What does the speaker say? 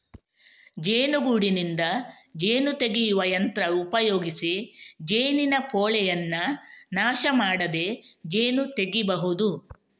ಜೇನುಗೂಡಿನಿಂದ ಜೇನು ತೆಗೆಯುವ ಯಂತ್ರ ಉಪಯೋಗಿಸಿ ಜೇನಿನ ಪೋಳೆಯನ್ನ ನಾಶ ಮಾಡದೆ ಜೇನು ತೆಗೀಬಹುದು